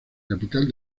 capital